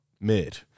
mid